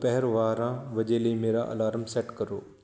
ਦੁਪਹਿਰ ਬਾਰ੍ਹਾਂ ਵਜੇ ਲਈ ਮੇਰਾ ਅਲਾਰਮ ਸੈੱਟ ਕਰੋ